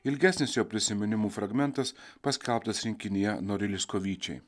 ilgesnis jo prisiminimų fragmentas paskelbtas rinkinyje norilsko vyčiai